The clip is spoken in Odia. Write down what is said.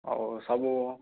ହଉ ସବୁ